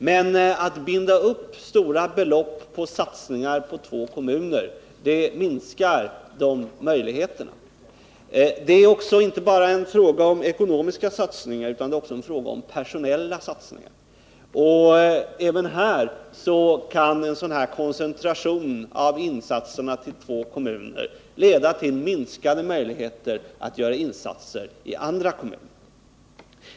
Men om man binder upp stora belopp till satsningar på två kommuner minskar de möjligheterna. Det gäller inte heller bara ekonomiska satsningar utan är också en fråga om personella sådana. Även i det avseendet kan en sådan koncentration av insatserna till två kommuner leda till minskade möjligheter att göra insatser på andra håll.